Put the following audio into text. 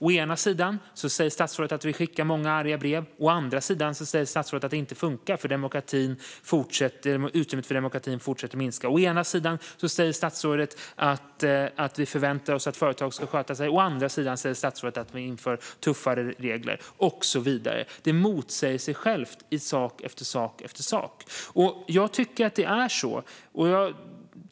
Å ena sidan säger statsrådet att vi skickar många arga brev. Å andra sidan säger statsrådet att det inte funkar och att utrymmet för demokrati fortsätter att minska. Å ena sidan säger statsrådet: Vi förväntar oss att företag ska sköta sig. Å andra sidan säger statsrådet: Vi inför tuffare regler. Så fortsätter det. Interpellationssvaret motsäger sig självt på punkt efter punkt.